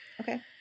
Okay